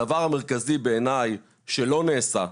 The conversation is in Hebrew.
הדבר המרכזי בעיניי שלא נעשה,